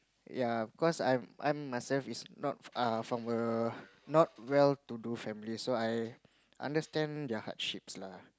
ya cause I'm I'm myself is not uh from a not well to do family so I understand their hardships lah